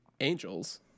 angels